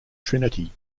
trinity